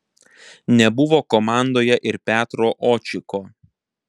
nebuvo komandoje ir petro očiko